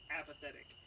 apathetic